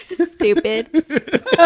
stupid